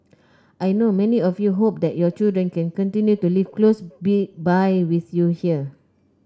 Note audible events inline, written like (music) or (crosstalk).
I know many of you hope that your children can continue to live close (unintelligible) by with you here